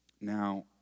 Now